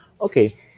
Okay